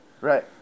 Right